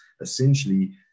essentially